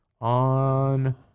On